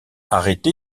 arrêté